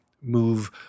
move